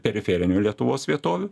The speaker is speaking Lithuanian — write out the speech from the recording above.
periferinių lietuvos vietovių